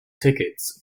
tickets